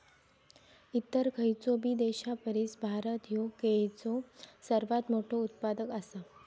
इतर खयचोबी देशापरिस भारत ह्यो केळीचो सर्वात मोठा उत्पादक आसा